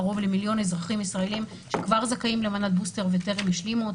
קרוב למיליון אזרחים ישראלים כבר זכאים למנת בוסטר וטרם השלימו אותה.